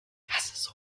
hasse